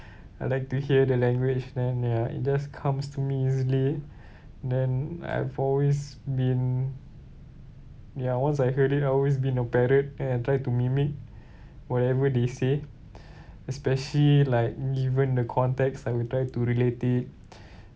I like to hear the language then ya it just comes to me easily then I've always been ya once I heard it I always been a parrot and try to mimic whatever they say especially like given the context I will try to relate it